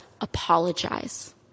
apologize